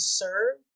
serve